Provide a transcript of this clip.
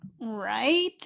right